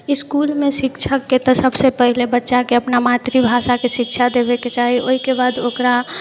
इसकुलमे शिक्षकके तऽ सबसँ पहिले बच्चाके अपना मातृभाषाके शिक्षा देबैके चाही ओहिके बाद ओकरा